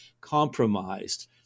compromised